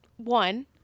One